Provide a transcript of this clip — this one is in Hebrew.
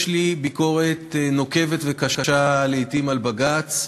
יש לי ביקורת נוקבת וקשה לעתים על בג"ץ,